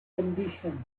condition